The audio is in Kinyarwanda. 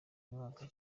mwaka